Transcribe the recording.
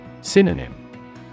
Synonym